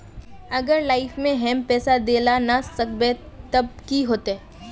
अगर लाइफ में हैम पैसा दे ला ना सकबे तब की होते?